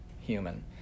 human